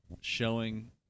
showing